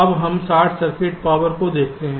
अब हम short circuit power को देखते हैं